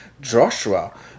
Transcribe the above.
Joshua